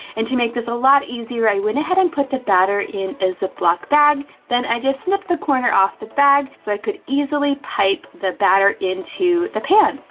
and to make this a lot easier i went ahead and put the batter in a ziploc bag. then i just snipped the corner off the bag, so i could easily pipe the batter into a pan.